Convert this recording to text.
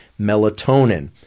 melatonin